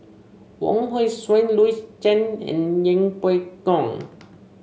Wong Hong Suen Louis Chen and Yeng Pway Ngon